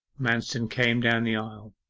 manston came down the aisle.